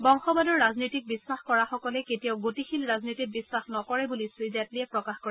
বংশবাদৰ ৰাজনীতিক বিধাস কৰা সকলে কেতিয়াও গতিশীল ৰাজনীতিত বিধাস নকৰে বুলি শ্ৰীজেটলীয়ে প্ৰকাশ কৰে